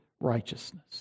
righteousness